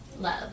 Love